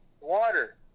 water